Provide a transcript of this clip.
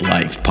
Life